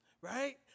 right